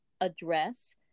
address